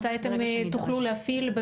מתי אתם תוכלו להפעיל את זה,